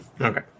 Okay